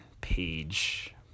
page